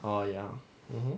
oh ya mmhmm